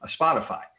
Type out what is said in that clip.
Spotify